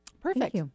Perfect